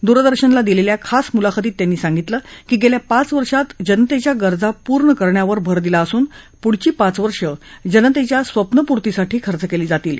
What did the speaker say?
दूरदर्शनला दिलेल्या खास मुलाखतीत त्यांनी सांगितलं की गेल्या पाच वर्षात जनतेच्या गरजा पूर्ण करण्यावर भर दिला असून पुढची पाच वर्ष जनतेच्या स्वप्नपूर्तीसाठी खर्च केली जातील